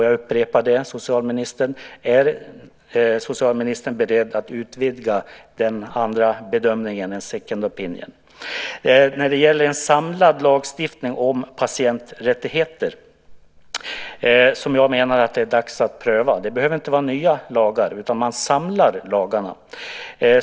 Jag upprepar: Är socialministern beredd att utvidga den andra bedömningen, detta med second opinion ? När det gäller en samlad lagstiftning om patienträttigheter, något som jag menar att det är dags att pröva, behöver det inte vara nya lagar. I stället samlar man lagarna.